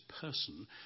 person